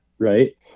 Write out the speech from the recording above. right